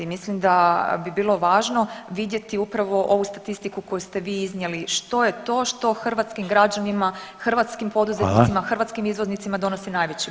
Mislim da bi bilo važno vidjeti upravo ovu statistiku koju ste vi iznijeli, što je to što hrvatskim građanima, hrvatskim poduzetnicima i hrvatskim izvozima donosi najveći benefit.